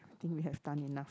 I think we have done enough